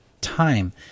time